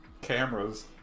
cameras